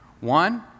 One